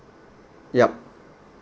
yup